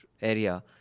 area